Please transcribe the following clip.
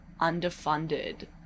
underfunded